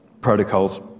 protocols